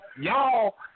y'all